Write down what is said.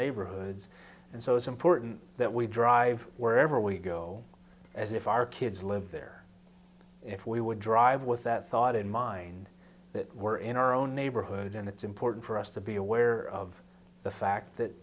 neighborhoods and so it's important that we drive wherever we go as if our kids live there if we would drive with that thought in mind that we're in our own neighborhood and it's important for us to be aware of the fact that